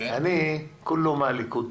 אני כולו מהליכוד.